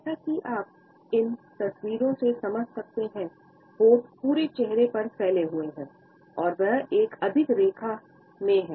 जैसा कि आप इन तस्वीरों से समझ सकते हैं होठ पूरे चेहरे पर फैले हुए है और वह एक सीधी रेखा में हैं